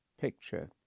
picture